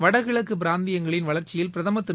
வடகிழக்கு பிராந்தியங்களின் வளர்ச்சியில் பிரதமர் திரு